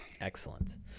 Excellent